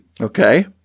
Okay